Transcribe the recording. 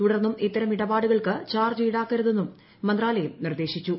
തുടർന്നും ഇത്തരം ഇടപാടുകൾക്ക് ചാർജ് ഈടാക്കരുതെന്നും മന്ത്രാലയം നിർദ്ദേശിച്ചു